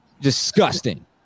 Disgusting